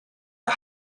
are